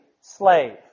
slave